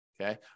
Okay